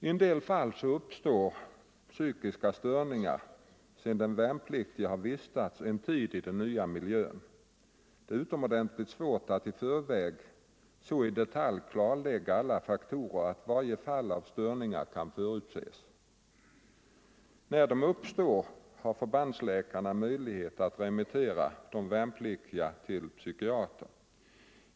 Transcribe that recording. I en del fall uppstår psykiska störningar sedan den värnpliktige vistats en tid i den nya miljön. Det är utomordentligt svårt att i förväg så i detalj klarlägga alla faktorer att varje fall av störningar kan förutses. 21 När de uppstår har förbandsläkarna möjlighet att remittera den värnpliktige till psykiater.